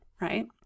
right